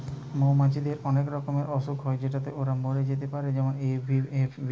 মৌমাছিদের অনেক রকমের অসুখ হয় যেটাতে ওরা মরে যেতে পারে যেমন এ.এফ.বি